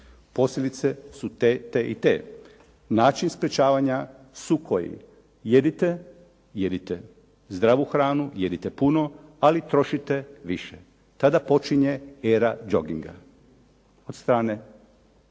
Posljedice su te, te i te. Način sprječavanja su koji, jedite, jedite zdravu hranu, jedite puno, ali trošite više. Tada počinje era jogginga od strane